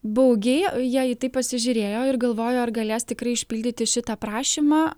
baugiai jie į tai pasižiūrėjo ir galvojo ar galės tikrai išpildyti šitą prašymą